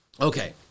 Okay